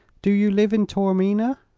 do you live in taormina?